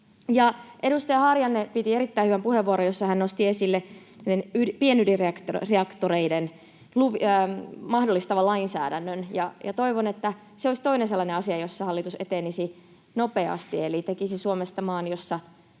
Edustaja Harjanne piti erittäin hyvän puheenvuoron, jossa hän nosti esille pienydinreaktorit mahdollistavan lainsäädännön. Toivon, että se olisi toinen sellainen asia, jossa hallitus etenisi nopeasti eli tekisi Suomesta maan,